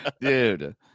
dude